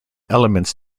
elements